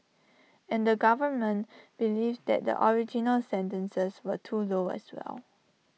and the government believed that the original sentences were too low as well